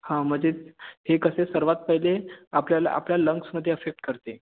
हं म्हणजे हे कसे सर्वात पहिले आपल्याला आपल्या लंग्समध्ये अफेक्ट करते